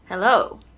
Hello